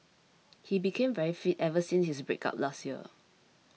he became very fit ever since his breakup last year